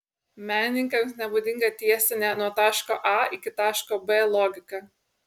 menininkams nebūdinga tiesinė nuo taško a iki taško b logika